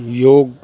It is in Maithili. योग